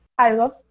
Algo